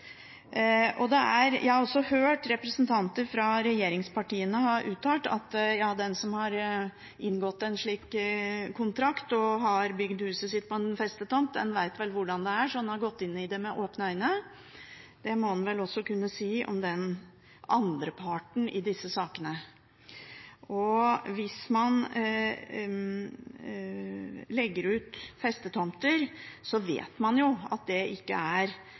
Jeg har også hørt representanter fra regjeringspartiene uttale at den som har inngått en slik kontrakt og har bygd huset sitt på en festetomt, vet hvordan det er og har gått inn i det med åpne øyne. Det må en vel også kunne si om den andre parten i disse sakene. Hvis man legger ut festetomter, vet man at det ikke er en eiendom som er åpent omsettelig, men man vet også at man har en utrolig trygg avkastning, selv om den er